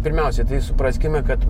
pirmiausiai tai supraskime kad